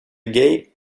gay